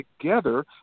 together